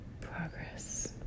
progress